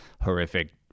horrific